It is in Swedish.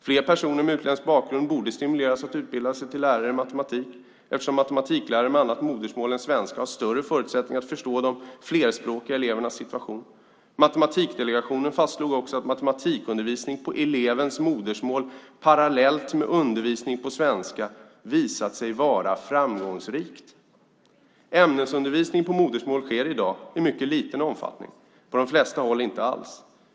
Fler personer med utländsk bakgrund borde stimuleras till att utbilda sig till lärare i matematik, eftersom matematiklärare med annat modersmål än svenska har större förutsättningar att förstå de flerspråkiga elevernas situation. Matematikdelegationen fastslog att "matematikundervisning på elevens modersmål . parallellt med undervisning på svenska visat sig vara framgångsrik". Ämnesundervisning på modersmål sker i dag i mycket liten omfattning, på de flesta håll inte alls.